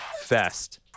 Fest